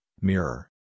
Mirror